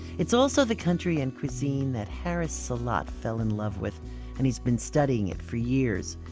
it's also the country and cuisine that harris salat fell in love with and he's been studying it for years.